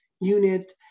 unit